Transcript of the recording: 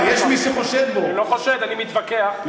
אני לא חושד, אני מתווכח.